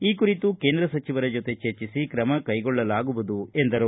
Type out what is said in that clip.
ಈ ಕುರಿತು ಕೇಂದ್ರ ಸಚಿವರ ಜೊತೆ ಚರ್ಚಿಸಿ ಕ್ರಮ ಕೈಗೊಳ್ಳಲಾಗುವುದು ಎಂದರು